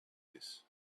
this